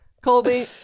Colby